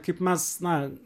kaip mes na